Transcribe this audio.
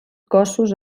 cossos